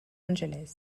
angeles